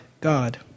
God